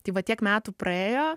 tai va tiek metų praėjo